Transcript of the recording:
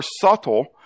subtle